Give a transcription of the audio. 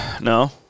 No